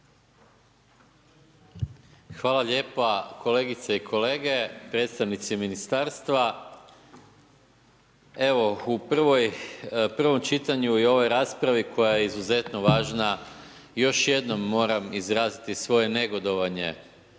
Hvala lijepa. Kolegice i kolege, predstavnici ministarstva. Evo, u prvom čitanju i ovoj raspravi koja je izuzetno važna, još jednom moram izraziti svoje negodovanje